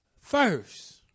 First